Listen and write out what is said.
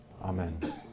Amen